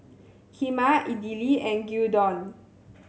Kheema Idili and Gyudon